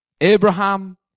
Abraham